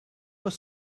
were